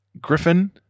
Griffin